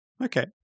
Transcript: Okay